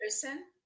person